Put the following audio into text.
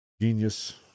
genius